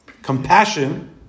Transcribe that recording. Compassion